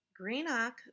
Greenock